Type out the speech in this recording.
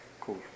Cool